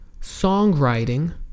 songwriting